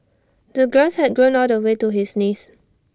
the grass had grown all the way to his knees